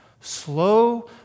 slow